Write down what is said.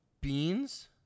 beans